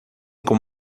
com